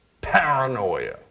Paranoia